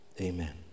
Amen